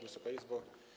Wysoka Izbo!